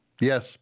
Yes